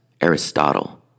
Aristotle